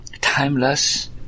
timeless